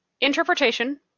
interpretation